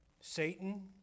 Satan